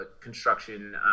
construction